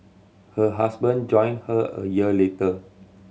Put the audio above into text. her husband joined her a year later